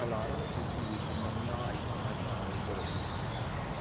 alarm ਸੂਚੀ ਵਿੱਚ ਨਵੀਆਂ ਆਈਟਮਾਂ ਸ਼ਾਮਿਲ ਕਰੋ